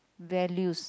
values